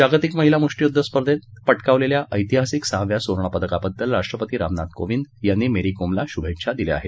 जागतिक महिला मृष्टीयुद्ध स्पर्धेत पटकावलेल्या ऐतिहासिक सहाव्या सुवर्ण पदकाबद्दल राष्ट्रपती रामनाथ कोविंद यांनी मेरी कोम हिला शुभेच्छा दिल्या आहेत